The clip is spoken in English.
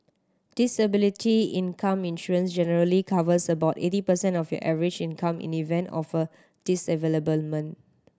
disability income insurance generally covers about eighty percent of your average income in the event of a disablement